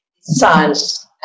science